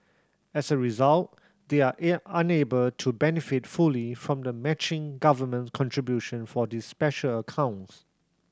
as a result they are unable to benefit fully from the matching government contribution for these special accounts